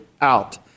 out